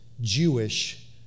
Jewish